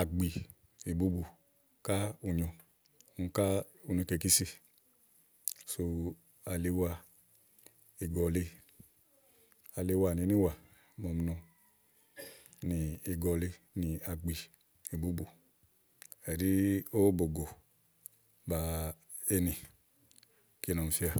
àgbììbubù úni ká ù nyo úni ká u ne kè ìkísì sú aliwa ìgɔ̀li aliwa àni ínìwà màa ɔmi nɔ nì ìgɔ̀li nì àgbì ìbubù ɛɖí ówò bògò ba fínɛ̀ kíni ɛɖí ɔmi fíà.